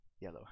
Yellow